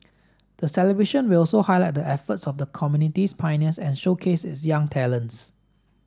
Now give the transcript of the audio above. the celebration will also highlight the efforts of the community's pioneers and showcase its young talents